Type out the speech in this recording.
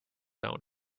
own